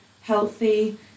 healthy